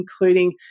including